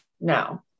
now